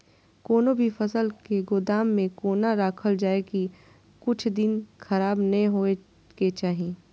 कोनो भी फसल के गोदाम में कोना राखल जाय की कुछ दिन खराब ने होय के चाही?